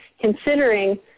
considering